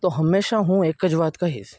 તો હંમેશા હું એક જ વાત કહીશ